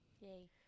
Yay